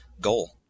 goal